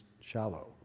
shallow